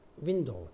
window